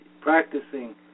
practicing